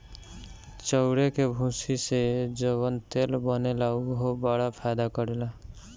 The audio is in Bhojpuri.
चाउरे के भूसी से जवन तेल बनेला उहो बड़ा फायदा करेला